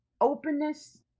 openness